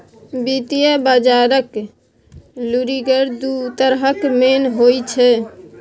वित्तीय बजारक लुरिगर दु तरहक मेन होइ छै